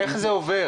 איך זה עובר?